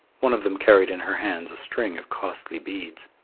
one of them carried in her hands a string of costly beads.